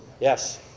Yes